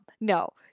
No